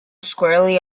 squarely